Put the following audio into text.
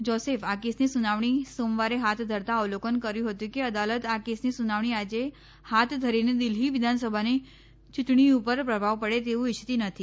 ોસેફે આ કેસની સુનાવણી સોમવારે હાથ ધરતા અવલોકન કર્યું હતું કે અદાલત આ કેસની સુનાવણી આજે હાથ ધરીને દિલ્હી વિધાનસભાની ચૂંટણી ઉપ ર પ્રભાવ ડે તેવું ઈચ્છતી નથી